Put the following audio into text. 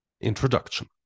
Introduction